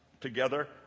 together